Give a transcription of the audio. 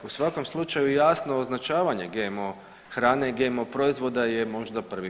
U svakom slučaju, jasno označavanje GMO hrane i GMO proizvoda je možda prvi korak.